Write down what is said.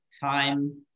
time